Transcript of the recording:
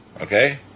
Okay